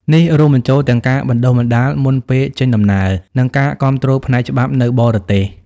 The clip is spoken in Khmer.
នេះរួមបញ្ចូលទាំងការបណ្តុះបណ្តាលមុនពេលចេញដំណើរ និងការគាំទ្រផ្នែកច្បាប់នៅបរទេស។